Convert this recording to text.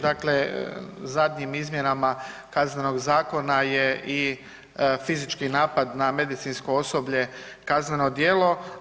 Dakle, zadnjim izmjenama Kaznenog zakona je i fizički napad na medicinsko osoblje kazneno djelo.